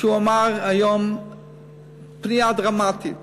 שאמר היום בפנייה דרמטית